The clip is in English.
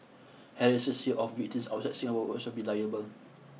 harassers here of victims outside Singapore will also be liable